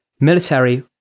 military